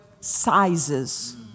sizes